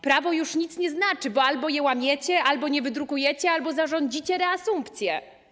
Prawo już nic nie znaczy, bo albo je łamiecie, albo nie wydrukujecie, albo zarządzicie reasumpcję.